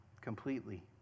Completely